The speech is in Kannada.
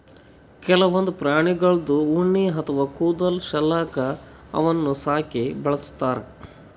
ಕೆಲವೊಂದ್ ಪ್ರಾಣಿಗಳ್ದು ಉಣ್ಣಿ ಅಥವಾ ಕೂದಲ್ ಸಲ್ಯಾಕ ಅವನ್ನ್ ಸಾಕಿ ಬೆಳಸ್ತಾರ್